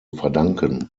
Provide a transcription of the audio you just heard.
verdanken